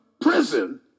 prison